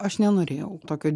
aš nenorėjau tokio